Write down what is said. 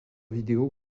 vidéos